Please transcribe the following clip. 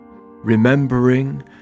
Remembering